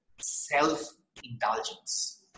self-indulgence